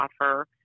offer